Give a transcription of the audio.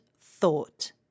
thought